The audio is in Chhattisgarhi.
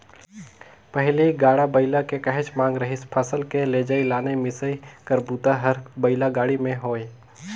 पहिली गाड़ा बइला के काहेच मांग रिहिस फसल के लेजइ, लनइ, मिसई कर बूता हर बइला गाड़ी में होये